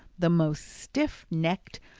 the most stiff-necked,